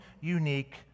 unique